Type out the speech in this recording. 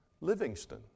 Livingston